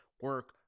Work